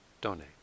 donate